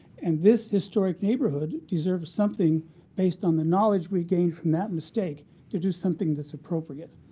and this historic neighborhood deserves something based on the knowledge we gained from that mistake to do something that's appropriate.